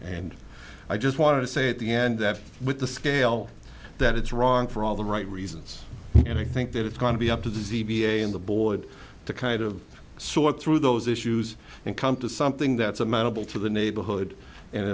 and i just wanted to say at the end with the scale that it's wrong for all the right reasons and i think that it's going to be up to dizzee v a and the board to kind of sort through those issues and come to something that's amenable to the neighborhood and